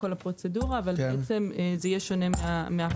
תקנות סמכויות מיוחדות להתמודדות עם נגיף